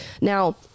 Now